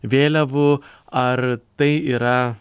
vėliavų ar tai yra